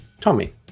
Tommy